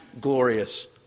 glorious